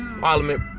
parliament